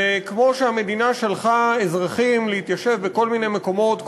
כמו שהמדינה שלחה אזרחים להתיישב בכל מיני מקומות,